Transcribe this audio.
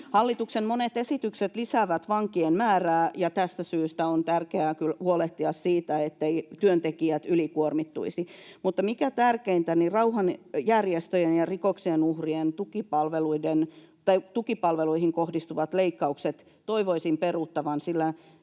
Hallituksen monet esitykset lisäävät vankien määrää, ja tästä syystä on tärkeää kyllä huolehtia siitä, etteivät työntekijät ylikuormittuisi. Mutta mikä tärkeintä, järjestöihin ja rikoksen uhrien tukipalveluihin kohdistuvat leikkaukset toivoisin peruttavan,